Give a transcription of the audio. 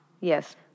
Yes